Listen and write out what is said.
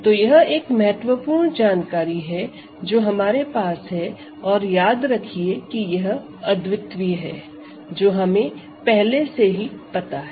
तो यह एक महत्वपूर्ण जानकारी है जो हमारे पास है और याद रखिए कि यह अद्वितीय है जो हमें पहले से ही पता है